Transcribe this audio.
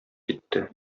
китте